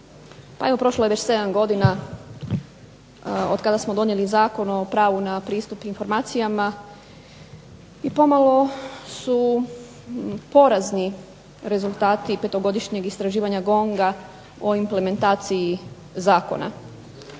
Pa evo prošlo je već sedam godina od kada smo donijeli Zakon o pravu na pristup informacijama i pomalo su porazni rezultati petogodišnjeg istraživanja GONG-a o implementaciji zakona.